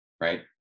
right